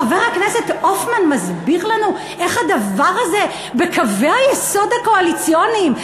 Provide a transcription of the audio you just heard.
חבר הכנסת הופמן מסביר לנו איך הדבר הזה בקווי היסוד הקואליציוניים.